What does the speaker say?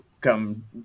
come